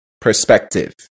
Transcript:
perspective